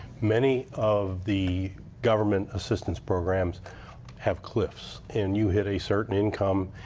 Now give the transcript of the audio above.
many of the government assistance programs have cliffs. and you hit a certain income,